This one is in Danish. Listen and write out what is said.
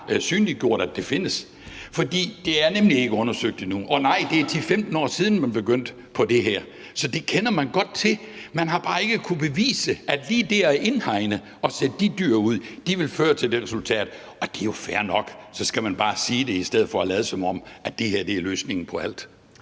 fortalt, at det findes. For det er nemlig ikke undersøgt endnu. Og nej, det er 10-15 år siden, man begyndte på det her, så det kender man godt til. Man har bare ikke kunnet bevise, at lige det at indhegne og sætte de dyr ud, vil føre til det resultat, og det er jo fair nok, men så skal man bare sige det, i stedet for at lade, som om det her er løsningen på alt.